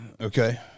Okay